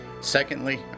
Secondly